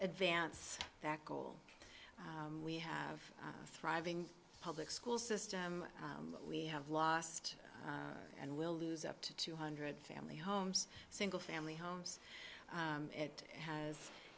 advance that goal we have a thriving public school system we have lost and will lose up to two hundred family homes single family homes it has